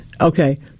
Okay